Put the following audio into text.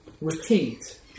repeat